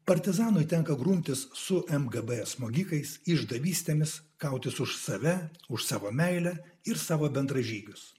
partizanui tenka grumtis su mgb smogikais išdavystėmis kautis už save už savo meilę ir savo bendražygius